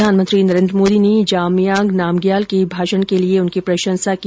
प्रधानमंत्री नरेन्द्र मोदी ने जामयांग नामग्याल के भाषण के लिए उनकी प्रशंसा की